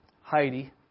Heidi